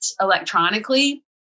electronically